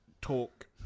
talk